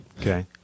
Okay